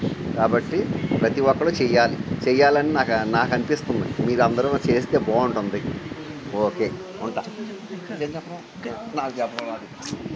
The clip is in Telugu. కాబట్టి ప్రతీ ఒక్కరు చెయ్యాలి చెయ్యాలని నాక నాకు అనిపిస్తుంది మీరందరూ చేస్తే బాగుంటుంది ఓకే ఉంటా నాకు చెప్పా